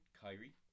Kyrie